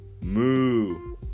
moo